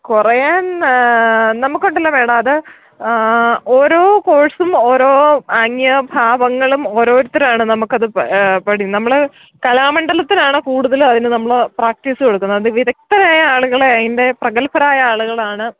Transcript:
കുറയാൻ നമുക്കുണ്ടല്ലോ മാഡം അത് ഓരോ കോഴ്സും ഓരോ ആംഗ്യ ഭാവങ്ങളും ഓരോരുത്തരാണ് നമുക്കത് നമ്മൾ കലാമണ്ഡലത്തിലാണ് കൂടുതൽ അതിന് നമ്മൾ പ്രാക്ടീസ് കൊടുക്കുന്നത് അതിവിദഗ്ദ്ധരായ ആളുകൾ അതിൻ്റെ പ്രഗൽഭരായ ആളുകളാണ്